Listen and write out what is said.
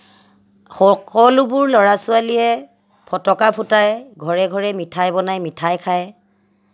সকলোবোৰ ল'ৰা ছোৱালীয়ে ফটকা ফুটাই ঘৰে ঘৰে মিঠাই বনাই মিঠাই খাই